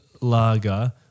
lager